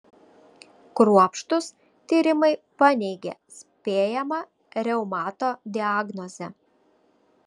kruopštūs tyrimai paneigė spėjamą reumato diagnozę